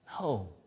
No